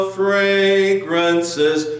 fragrances